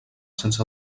sense